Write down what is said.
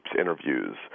interviews